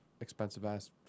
expensive-ass